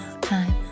Time